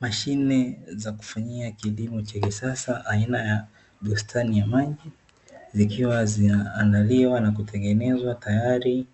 Mashine za kufanyia kilimo cha kisasa aina ya bustani ya maji. Zikiwa zinaandaliwa na kutengenezwa, tayari